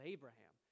Abraham